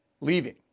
leaving